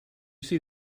see